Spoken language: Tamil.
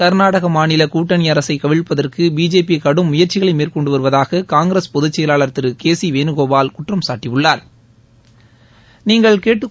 கா்நாடக மாநில கூட்டணி அரசை கவிழ்ப்பதற்கு பிஜேபி கடும் முயற்சிகளை மேற்கொண்டு வருவதாக காங்கிரஸ் பொதுச்செயலாளா் திரு கே சி வேனுகோபால் குற்றம்சாட்டியுள்ளாா்